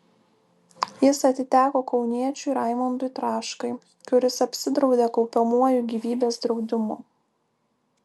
jis atiteko kauniečiui raimondui traškai kuris apsidraudė kaupiamuoju gyvybės draudimu